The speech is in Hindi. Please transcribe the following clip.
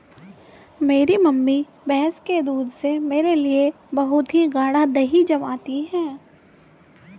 मेरी मम्मी भैंस के दूध से मेरे लिए बहुत ही गाड़ा दही जमाती है